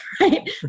right